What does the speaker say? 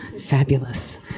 Fabulous